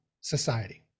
society